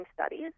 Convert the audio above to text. studies